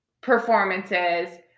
performances